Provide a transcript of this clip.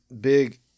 big